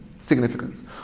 significance